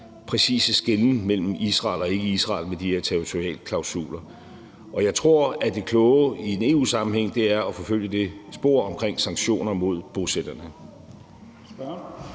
præcise skelnen mellem Israel og ikke Israel med de her territorialklausuler. Jeg tror, at det kloge i en EU-sammenhæng er at forfølge det spor omkring sanktioner mod bosætterne.